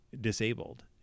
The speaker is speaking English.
disabled